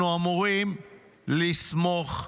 אנחנו אמורים לסמוך עליהם.